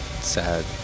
sad